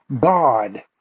God